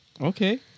Okay